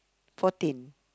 fourteen